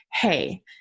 hey